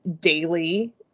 daily